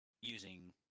using